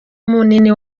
munini